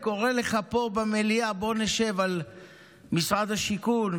וקורא לך פה במליאה: בוא נשב על משרד השיכון.